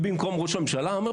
אני במקום ראש הממשלה אומר,